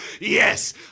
Yes